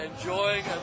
enjoying